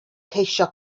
ceisio